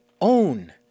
own